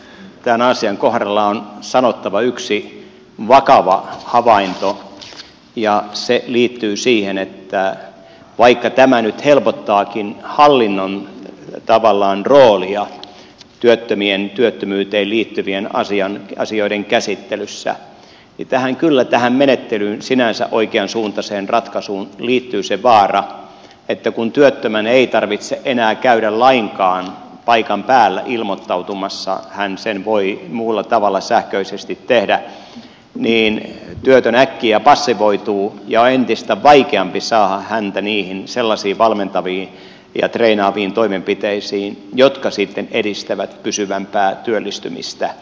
tämän asian kohdalla on sanottava yksi vakava havainto ja se liittyy siihen että vaikka tämä nyt helpottaakin hallinnon roolia työttömyyteen liittyvien asioiden käsittelyssä niin kyllä tähän menettelyyn sinänsä oikeansuuntaiseen ratkaisuun liittyy se vaara että kun työttömän ei tarvitse enää käydä lainkaan paikan päällä ilmoittautumassa kun hän sen voi muulla tavalla sähköisesti tehdä niin työtön äkkiä passivoituu ja on entistä vaikeampi saada häntä niihin sellaisiin valmentaviin ja treenaaviin toimenpiteisiin jotka sitten edistävät pysyvämpää työllistymistä